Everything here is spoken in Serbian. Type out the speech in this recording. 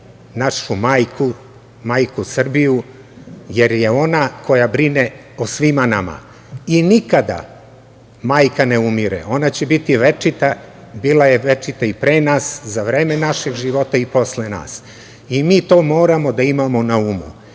našu majku, majku Srbiju, jer je ona koja brine o svima nama i nikada majka ne umire, ona će biti večita, bila je večita i pre nas, za vreme naših života i posle nas, i mi to moramo da imamo na umu.